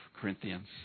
Corinthians